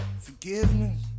forgiveness